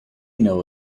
know